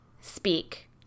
speak